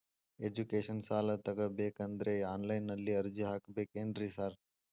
Education ಸಾಲ ತಗಬೇಕಂದ್ರೆ online ನಲ್ಲಿ ಅರ್ಜಿ ಹಾಕ್ಬೇಕೇನ್ರಿ ಸಾರ್?